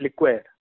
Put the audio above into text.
liqueur